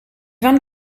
vingt